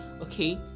Okay